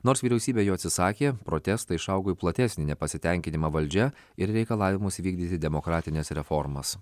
nors vyriausybė jo atsisakė protestai išaugo į platesnį nepasitenkinimą valdžia ir reikalavimus vykdyti demokratines reformas